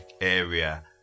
area